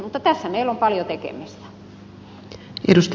mutta tässä meillä on paljon tekemistä